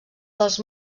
dels